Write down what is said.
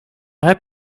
heb